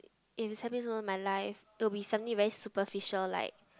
if is happiest moment of my life it will be something very superficial like